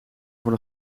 voor